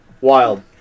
Wild